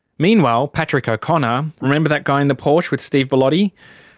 meanwhile, patrick o'connor remember that guy in the porsche with steve bellotti?